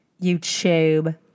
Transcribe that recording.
YouTube